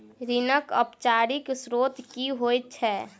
ऋणक औपचारिक स्त्रोत की होइत छैक?